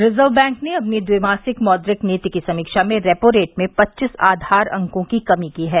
reserve Bank ने अपनी द्विमासिक मौद्रिक नीति की समीक्षा में रेपो रेट में पच्चीस आधार अंकों की कमी की है